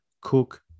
Cook